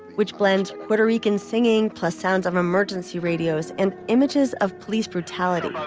which blends puerto rican singing, plus sounds of emergency radios and images of police brutality